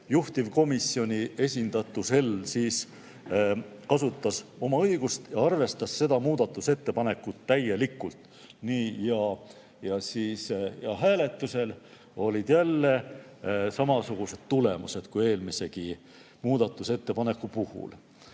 juhtivkomisjoni [näol] kasutas oma õigust ja arvestas seda muudatusettepanekut täielikult. Ja hääletusel olid jälle samasugused tulemused kui eelmisegi muudatusettepaneku puhul.